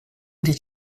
did